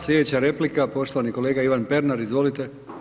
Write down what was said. Slijedeća replika poštovani kolega Ivan Pernar, izvolite.